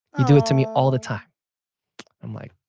you do it to me all the time i'm like,